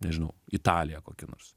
nežinau italiją kokią nors